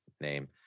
name